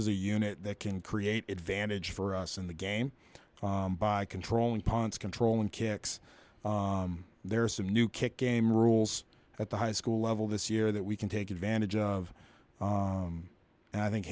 is a unit that can create advantage for us in the game by controlling punts controlling kicks there are some new kick game rules at the high school level this year that we can take advantage of and i think